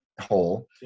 hole